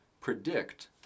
predict